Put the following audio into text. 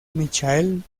michael